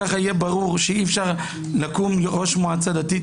כך יהיה ברור שאי-אפשר שיקום ראש מועצה דתית